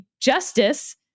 justice